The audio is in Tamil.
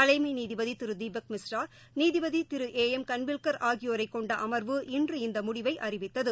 தலைமைநீதிபதிருதீபக் மிஸ்ரா நீதிபதிதிரு ஏ எம் கன்வில்கள் ஆகியோரைக் கொண்டஅமா்வு இன்று இந்தமுடிவைஅறிவித்தது